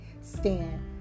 stand